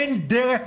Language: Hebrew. אוקי, בסדר.